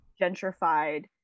gentrified